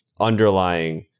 underlying